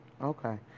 Okay